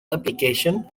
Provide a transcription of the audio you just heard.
application